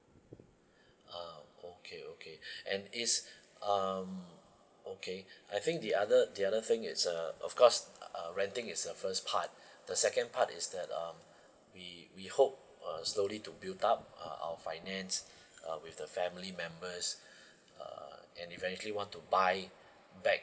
uh okay okay and is um okay I think the other the other thing is uh of course uh renting is the first part the second part is that err we we hope uh slowly to build up uh our finance uh with the family members uh and eventually want to buy back